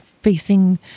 facing